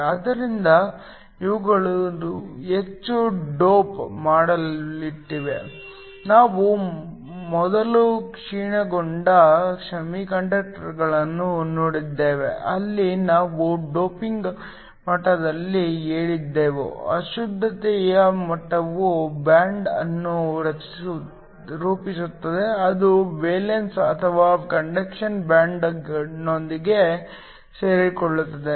ಆದ್ದರಿಂದ ಇವುಗಳು ಹೆಚ್ಚು ಡೋಪ್ ಮಾಡಲ್ಪಟ್ಟಿವೆ ನಾವು ಮೊದಲು ಕ್ಷೀಣಗೊಂಡ ಸೆಮಿಕಂಡಕ್ಟರ್ಗಳನ್ನು ನೋಡಿದ್ದೇವೆ ಅಲ್ಲಿ ನಾವು ಡೋಪಿಂಗ್ ಮಟ್ಟದಲ್ಲಿ ಹೇಳಿದ್ದೆವು ಅಶುದ್ಧತೆಯ ಮಟ್ಟವು ಬ್ಯಾಂಡ್ ಅನ್ನು ರೂಪಿಸುತ್ತದೆ ಅದು ವೇಲೆನ್ಸಿ ಅಥವಾ ಕಂಡಕ್ಷನ್ ಬ್ಯಾಂಡ್ನೊಂದಿಗೆ ಸೇರಿಕೊಳ್ಳುತ್ತದೆ